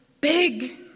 big